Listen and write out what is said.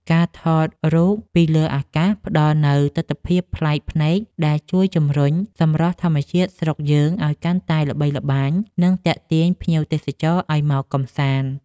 ការថតរូបពីលើអាកាសផ្តល់នូវទិដ្ឋភាពប្លែកភ្នែកដែលជួយជំរុញសម្រស់ធម្មជាតិស្រុកយើងឱ្យកាន់តែល្បីល្បាញ និង ទាក់ទាញភ្ញៀវទេសចរឱ្យមកកម្សាន្ត។